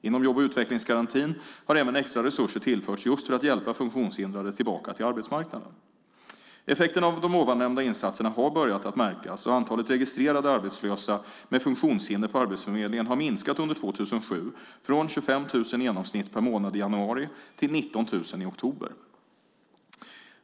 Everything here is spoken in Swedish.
Inom jobb och utvecklingsgarantin har även extra resurser tillförts just för att hjälpa funktionshindrade tillbaka till arbetsmarknaden. Effekten av de ovannämnda insatserna har börjat att märkas, och antalet registrerade arbetslösa med funktionshinder på arbetsförmedlingen har minskat under 2007 från 25 000 i genomsnitt per månad i januari till 19 000 i oktober.